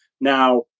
now